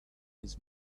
his